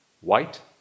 white